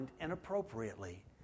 inappropriately